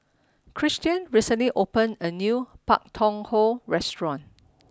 Christian recently opened a new Pak Thong Ko restaurant